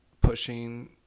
pushing